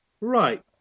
right